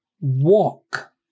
walk